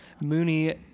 Mooney